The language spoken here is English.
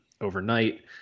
overnight